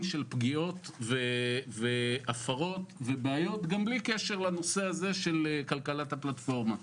של פגיעות והפרות ובעיות גם בלי קשר לנושא של כלכלת הפלטפורמה.